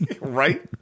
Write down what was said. Right